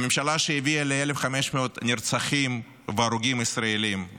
הממשלה שהביאה ל-1,500 נרצחים והרוגים ישראלים,